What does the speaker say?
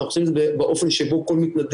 אנחנו עושים את זה באופן שבו כל מתנדב